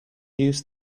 use